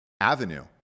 Avenue